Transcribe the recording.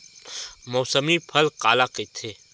मौसमी फसल काला कइथे?